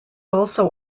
also